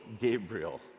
Gabriel